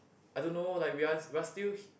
I don't know like we are we are still he